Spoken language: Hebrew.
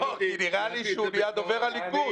נראה לי שהוא נהיה דובר הליכוד.